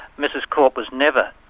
mrs korp was never,